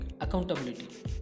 Accountability